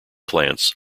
plants